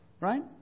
Right